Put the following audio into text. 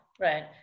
Right